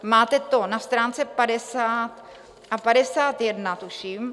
Máte to na stránce 50 a 51, tuším.